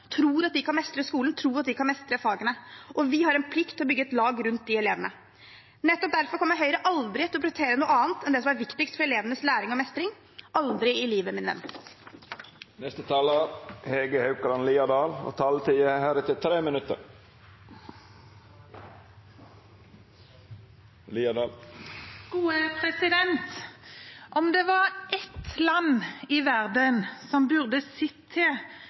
at de kan mestre skolen og fagene. Vi har en plikt til å bygge et lag rundt de elevene. Nettopp derfor kommer Høyre aldri til å prioritere noe annet enn det som er viktigst for elevenes læring og mestring – «Aldri i livet, min venn». Om det var ett land i verden som burde sett til at barn ikke var sultne på skolen, så var det Norge. Om en hadde hatt en quiz i